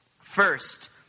First